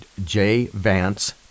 jvance